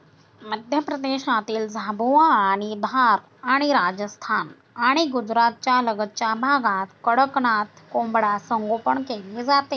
मध्य प्रदेशातील झाबुआ आणि धार आणि राजस्थान आणि गुजरातच्या लगतच्या भागात कडकनाथ कोंबडा संगोपन केले जाते